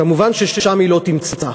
כמובן, שם היא לא תמצא.